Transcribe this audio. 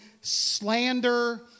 slander